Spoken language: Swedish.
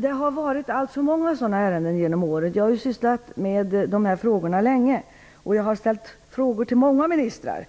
Det har varit alltför många sådana ärenden genom åren. Jag har sysslat med de här frågorna länge. Jag har ställt frågor till många ministrar.